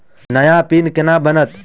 नया पिन केना बनत?